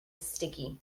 sticky